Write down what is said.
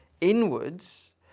inwards